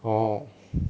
orh